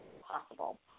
possible